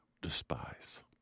despise